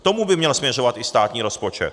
K tomu by měl směřovat i státní rozpočet.